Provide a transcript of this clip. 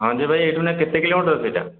ହଁ ଯେ ଭାଇ ଏଇଠୁ ନା କେତେ କିଲୋମିଟର ସେଇଟା